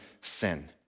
sin